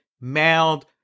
mailed